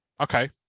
Okay